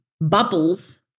bubbles